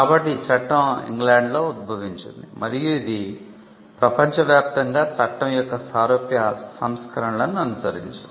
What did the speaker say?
కాబట్టి ఈ చట్టం ఇంగ్లాండ్లో ఉద్భవించింది మరియు ఇది ప్రపంచవ్యాప్తంగా చట్టం యొక్క సారూప్య సంస్కరణలను అనుసరించింది